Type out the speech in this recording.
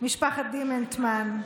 משפחת דימנטמן,